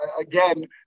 again